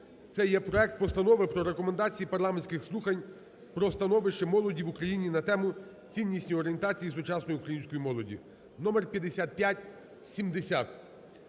Це є проект Постанови про Рекомендації парламентських слухань про становище молоді в Україні на тему: "Ціннісні орієнтації сучасної української молоді" (№ 5570).